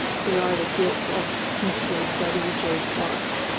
they are the gift of mr. w. j. clark,